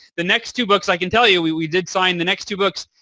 the next two books i can tell you we we did sign the next two books.